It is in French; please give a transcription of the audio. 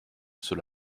ceux